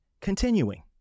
continuing